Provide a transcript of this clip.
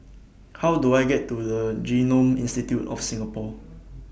How Do I get to The Genome Institute of Singapore